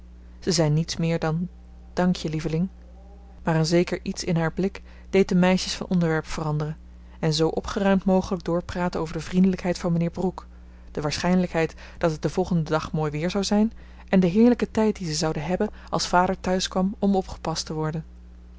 ze zei niets meer dan dankje lieveling maar een zeker iets in haar blik deed de meisjes van onderwerp veranderen en zoo opgeruimd mogelijk doorpraten over de vriendelijkheid van mijnheer brooke de waarschijnlijkheid dat het den volgenden dag mooi weer zou zijn en den heerlijken tijd dien ze zouden hebben als vader thuiskwam om opgepast te worden